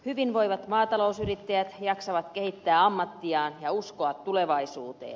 hyvinvoivat maatalousyrittäjät jaksavat kehittää ammattiaan ja uskoa tulevaisuuteen